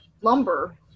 lumber